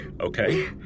okay